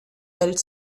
welt